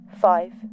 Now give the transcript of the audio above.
five